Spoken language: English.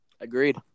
Agreed